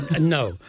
no